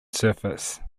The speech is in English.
surface